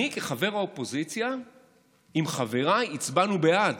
אני כחבר האופוזיציה וחבריי הצבענו בעד,